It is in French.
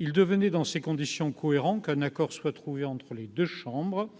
il devenait cohérent qu'un accord soit trouvé entre les deux chambres.